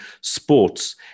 sports